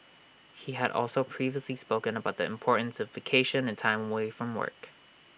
he had also previously spoken about the importance of vacation and time away from work